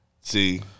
See